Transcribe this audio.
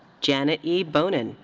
janet e. bonin,